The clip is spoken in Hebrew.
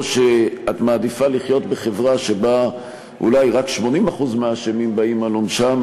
או שאת מעדיפה לחיות בחברה שבה אולי רק 80% מהאשמים באים על עונשם,